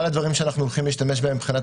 אחד הדברים שאנחנו הולכים להשתמש בהם מבחינת